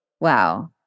Wow